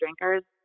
drinkers